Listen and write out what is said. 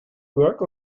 work